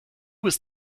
bist